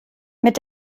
mit